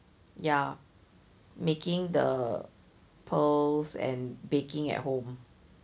ya making the pearls and baking at home